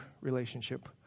relationship